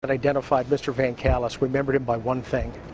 but identified mr. vancallis remembered him by one things,